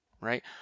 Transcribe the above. right